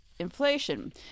inflation